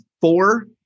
four